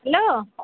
hello